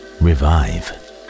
revive